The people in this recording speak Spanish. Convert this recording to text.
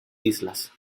islas